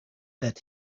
that